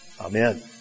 Amen